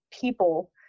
people